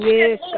Yes